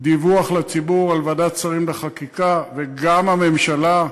דיווח לציבור על ועדת שרים לחקיקה, וגם הממשלה.